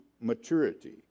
maturity